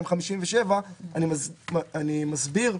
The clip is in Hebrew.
לכן אני מתנגד לזה.